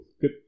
good